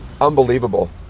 Unbelievable